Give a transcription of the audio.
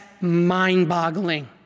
mind-boggling